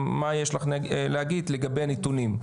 מה יש לך להגיד לגבי הנתונים.